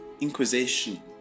Inquisition